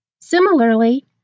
Similarly